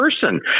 person